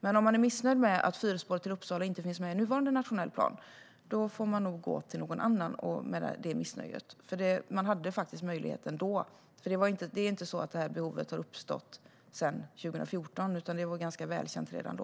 Men om man är missnöjd med att fyrspår till Uppsala inte finns med i den nuvarande nationella planen får man nog gå till någon annan med det missnöjet. Det här behovet har ju inte uppstått sedan 2014, utan det var ganska välkänt redan då.